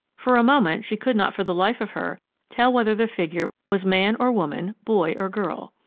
for a moment she could not for the life of her tell whether the figure was man or woman, boy or girl.